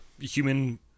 human